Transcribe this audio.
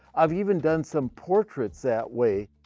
i've even done some portraits that way.